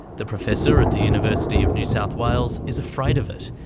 the professor at the university of new south wales is afraid of it,